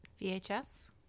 VHS